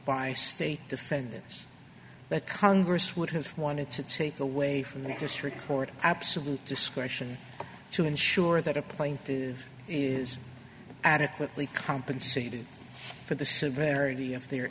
by state defendants that congress would have wanted to take away from the district court absolute discretion to ensure that a plaintive is adequately compensated for the severity of their